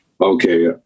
Okay